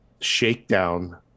shakedown